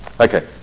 Okay